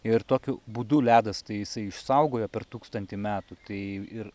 ir tokiu būdu ledas tai jisai išsaugojo per tūkstantį metų tai ir